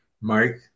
Mike